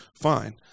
Fine